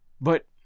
But